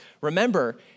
remember